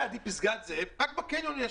בפסגת זאב, יש רק בקניון.